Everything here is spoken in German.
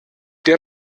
der